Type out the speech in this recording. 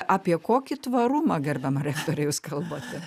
apie kokį tvarumą gerbiama rektore jūs kalbate